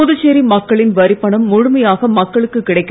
புதுச்சேரி மக்களின் வரிப்பணம் முழுமையாக மக்களுக்குக் கிடைக்க